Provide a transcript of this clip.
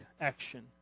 action